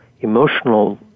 emotional